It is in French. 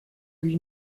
lui